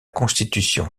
constitution